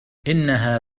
إنها